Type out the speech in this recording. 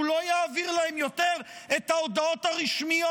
לא יעביר להם יותר את ההודעות הרשמיות.